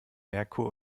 merkur